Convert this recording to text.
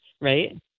right